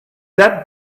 that